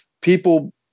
People